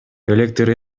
электр